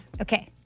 Okay